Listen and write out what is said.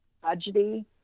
tragedy